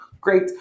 Great